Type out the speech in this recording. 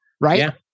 right